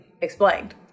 explained